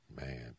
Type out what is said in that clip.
Man